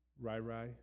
Rai-Rai